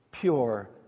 pure